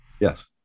Yes